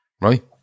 Right